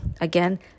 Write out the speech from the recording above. again